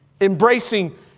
Embracing